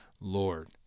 Lord